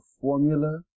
formula